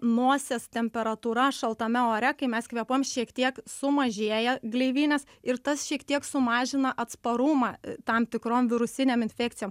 nosies temperatūra šaltame ore kai mes kvėpuojam šiek tiek sumažėja gleivinės ir tas šiek tiek sumažina atsparumą tam tikrom virusinėm infekcijom